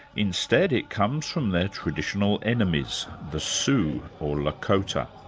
instead it comes from their traditional enemies, the sioux, or lakota.